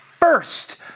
First